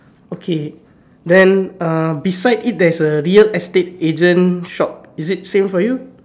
okay then uh beside it there's a real estate agent shop is it same for you